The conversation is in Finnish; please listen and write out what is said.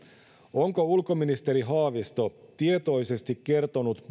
onko ulkoministeri haavisto tietoisesti kertonut